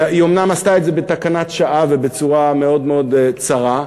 היא אומנם עשתה את זה בהוראת שעה ובצורה מאוד מאוד צרה,